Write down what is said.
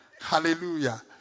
hallelujah